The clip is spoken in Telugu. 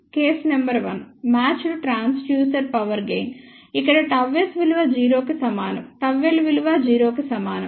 case number 1 matched transducer power gain ఇక్కడ ΓS విలువ 0 కి సమానం ΓL విలువ 0 కి సమానం